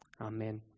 Amen